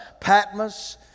Patmos